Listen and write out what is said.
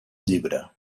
llibre